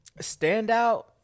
Standout